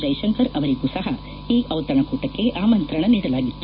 ಜೈಶಂಕರ್ ಅವರಿಗೂ ಸಹ ಈ ದಿತಣಕೂಟಕ್ಕೆ ಆಮಂತ್ರಣ ನೀಡಲಾಗಿತ್ತು